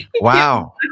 Wow